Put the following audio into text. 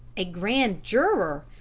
a grand juror?